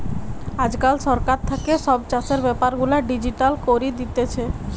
আজকাল সরকার থাকে সব চাষের বেপার গুলা ডিজিটাল করি দিতেছে